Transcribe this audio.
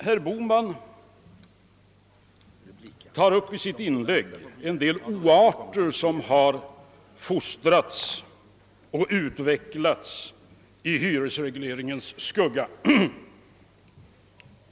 Herr Bohman tar i sitt inlägg upp en del oarter, som frodats och utvecklats i hyresregleringens skugga.